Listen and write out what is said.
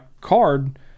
card